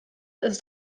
ist